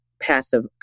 passive